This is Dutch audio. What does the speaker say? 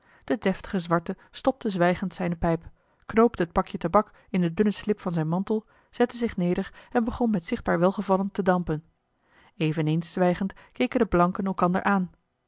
de deftige zwarte stopte zwijgend zijne pijp knoopte het pakje tabak in de dunne slip van zijn mantel zette zich neder en begon met zichtbaar welgevallen te dampen eveneens zwijgend keken de blanken elkander aan